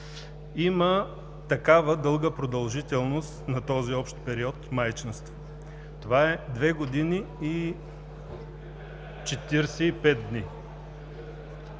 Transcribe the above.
има такава дълга продължителност на този общ период – майчинство. Това е 2 години и 45 дни.